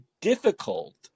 difficult